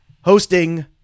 hosting